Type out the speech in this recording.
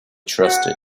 trusted